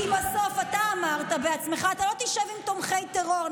כי בסוף אתה אמרת בעצמך שאתה לא תשב עם תומכי טרור,